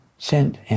sent